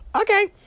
Okay